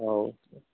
ꯑꯧ